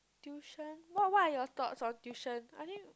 tuition what what you all thoughts on tuition I think